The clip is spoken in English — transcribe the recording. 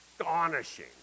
astonishing